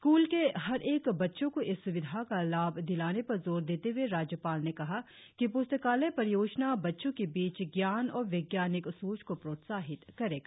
school के हर एक बच्चों को इस सुविधा का लाभ दिलाने पर जोर देते हए राज्यपाल ने कहा कि प्स्तकालय परियोजना बच्चों के बीच जान और वैज्ञानिक सोच को प्रोत्साहित करेगा